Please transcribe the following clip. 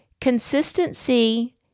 Consistency